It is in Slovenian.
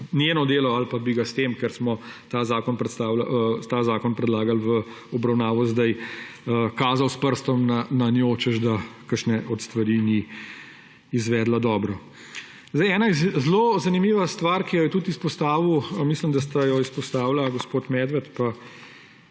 njeno delo ali pa bi ga s tem, ker smo ta zakon predlagali v obravnavo zdaj, kazal s prstom na njo, češ, da kakšne od stvari ni izvedla dobro. Ena zelo zanimiva stvar, mislim, da sta jo izpostavila gospod Medved pa,